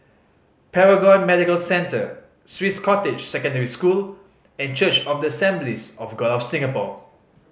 Paragon Medical Centre Swiss Cottage Secondary School and Church of the Assemblies of God of Singapore